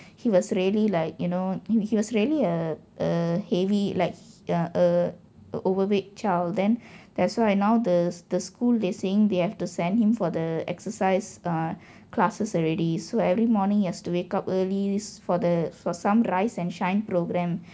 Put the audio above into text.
he was really like you know he he was really a a heavy like he uh overweight child then that's why now the the school they saying they have to send him for the exercise uh classes already so every morning he has to wake up early for the for some rise and shine programme